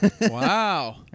wow